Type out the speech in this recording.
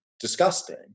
disgusting